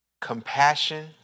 Compassion